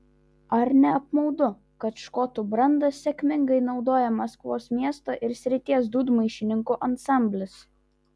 ar ne apmaudu kad škotų brandą sėkmingai naudoja maskvos miesto ir srities dūdmaišininkų ansamblis